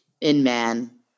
Inman